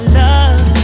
love